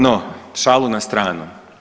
No, šalu na stranu.